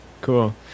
cool